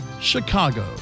Chicago